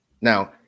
Now